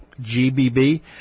G-B-B